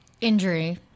Injury